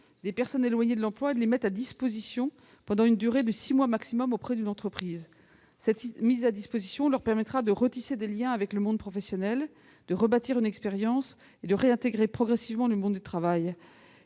des personnes éloignées de l'emploi, et de les mettre à disposition pendant une durée de six mois maximum auprès d'une entreprise. Cette mise à disposition leur permettra de retisser des liens avec le monde professionnel, de rebâtir une expérience et de réintégrer progressivement le monde du travail.